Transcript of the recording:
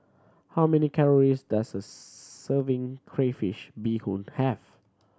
how many calories does a serving crayfish beehoon have